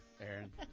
Aaron